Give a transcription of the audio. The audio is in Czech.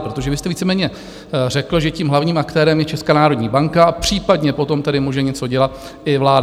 Protože vy jste víceméně řekl, že tím hlavním aktérem je Česká národní banka, případně potom tedy může něco dělat i vláda.